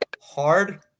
Hard